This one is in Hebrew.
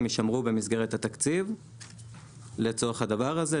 הם יישמרו במסגרת התקציב לצורך הדבר הזה,